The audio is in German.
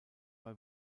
bei